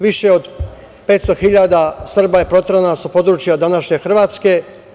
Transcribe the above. Više od 500 hiljada Srba je proterano sa područja današnje Hrvatske.